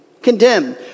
Condemn